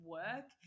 work